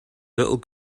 little